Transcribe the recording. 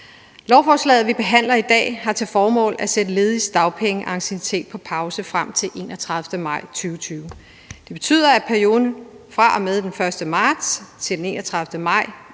Lovforslaget, vi behandler i dag, har til formål at sætte lediges dagpengeanciennitet på pause frem til den 31. maj 2020. Det betyder, at perioden fra og med den 1. marts til den 31. maj